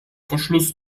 verschluss